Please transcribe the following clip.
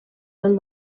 del